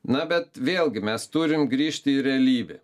na bet vėlgi mes turim grįžti į realybę